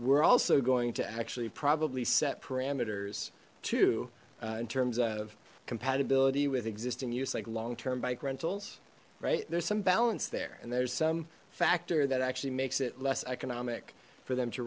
we're also going to actually probably set parameters to in terms of compatibility with existing use like long term bike rentals right there's some balance there and there's some factor that actually makes it less economic for them to